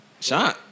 Sean